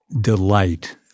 delight